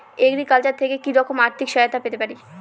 Agriculture থেকে কি রকম আর্থিক সহায়তা পেতে পারি?